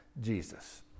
Jesus